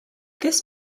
this